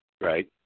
right